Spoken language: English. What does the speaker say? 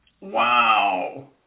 Wow